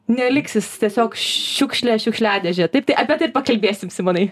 neliks jis tiesiog šiukšlė šiukšliadėžėje taip tai apie tai ir pakalbėsim simonai